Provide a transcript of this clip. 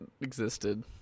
existed